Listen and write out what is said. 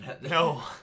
No